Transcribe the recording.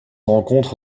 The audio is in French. rencontre